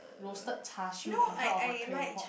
roasted char-siew on top of a claypot